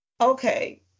Okay